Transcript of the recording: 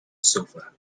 sofa